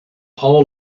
hole